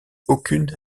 aucune